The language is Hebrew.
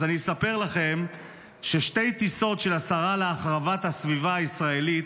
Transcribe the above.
אז אני אספר לכם ששתי טיסות של השרה להחרבת הסביבה הישראלית,